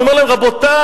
אני אומר להם: רבותי,